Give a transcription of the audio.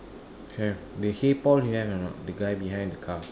have the hey Paul you have or not the guy behind the car